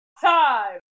time